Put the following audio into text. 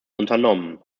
unternommen